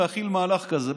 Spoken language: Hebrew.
להחיל מהלך כזה,